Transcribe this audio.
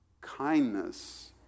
kindness